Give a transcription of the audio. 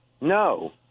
No